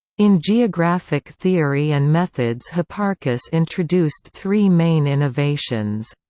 in geographic theory and methods hipparchus introduced three main innovations.